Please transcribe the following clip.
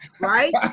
right